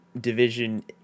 division